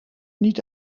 niet